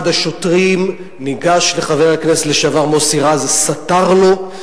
אחד השוטרים ניגש לחבר הכנסת לשעבר מוסי רז וסטר לו,